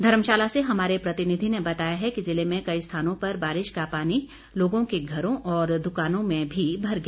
धर्मशाला से हमारे प्रतिनिधी ने बताया है कि ज़िले में कई स्थानों पर बारिश का पानी लोगों के घरों और दुकानों में भी भर गया